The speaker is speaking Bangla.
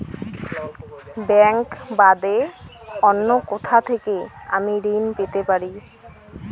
ব্যাংক বাদে অন্য কোথা থেকে আমি ঋন পেতে পারি?